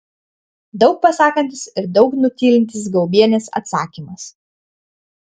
daug pasakantis ir daug nutylintis gaubienės atsakymas